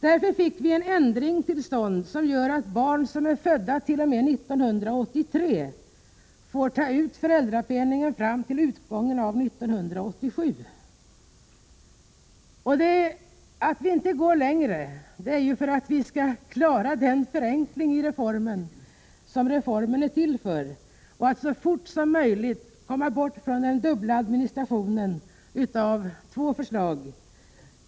Därför gjorde vi den ändringen att föräldrar till barn som är födda t.o.m. 1983 får ta ut föräldrapenningen fram till utgången av 1987. Att vi inte går längre beror på att vi vill klara den förenkling som reformen är till för och så fort som möjligt komma bort från den dubbla administrationen.